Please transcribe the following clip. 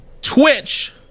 twitch